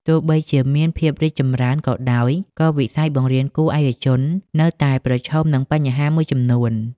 ទោះបីជាមានភាពរីកចម្រើនក៏ដោយ ក៏វិស័យបង្រៀនគួរឯកជននៅតែប្រឈមនឹងបញ្ហាមួយចំនួន។